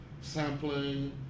sampling